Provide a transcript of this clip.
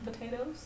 potatoes